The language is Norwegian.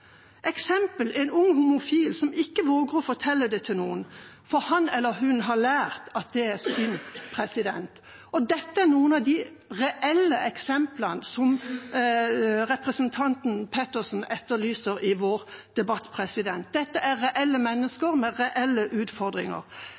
eksempel er en ung homofil som ikke våger å fortelle det til noen, for han eller hun har lært at det er synd. Det er noen av de reelle eksemplene som representanten Pettersen etterlyser i vår debatt. Dette er reelle